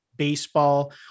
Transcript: Baseball